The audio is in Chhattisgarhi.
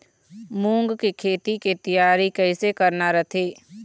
मूंग के खेती के तियारी कइसे करना रथे?